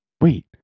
Wait